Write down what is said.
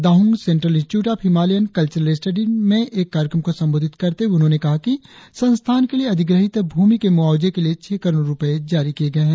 Dahung central institute of Himalayan cultural studies में एक कार्यक्रम को संबोधित करते हुए उन्होंने कहा कि संस्थान के लिए अधिग्रहित भूमि के मुआवजे के लिए छह करोड़ रुपए जारी किए गए है